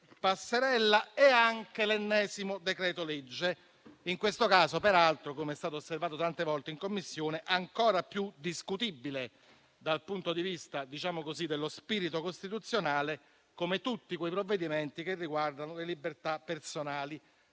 passerella e anche l'ennesimo decreto-legge. In questo caso, peraltro, come è stato osservato tante volte in Commissione, il decreto-legge è ancora più discutibile dal punto di vista dello spirito costituzionale, come tutti quei provvedimenti che riguardano le libertà personali,